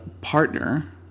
partner